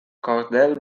kordel